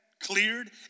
cleared